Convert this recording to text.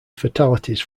fatalities